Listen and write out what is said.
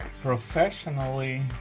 professionally